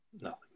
no